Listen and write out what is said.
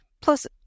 Plus